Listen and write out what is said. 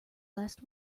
last